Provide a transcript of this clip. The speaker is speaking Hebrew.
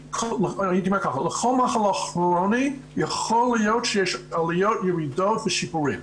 לכל מחלה כרונית יכול להיות שיש ירידות עליות ושיפורים.